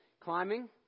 climbing